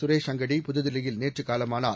சுரேஷ் அங்கடி புதுதில்லியில் நேற்று காலமானார்